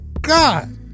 God